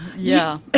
yeah.